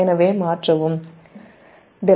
எனவே மாற்றவும்